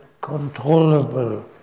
controllable